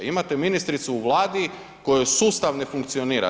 Imate ministricu u Vladi kojoj sustav ne funkcionira.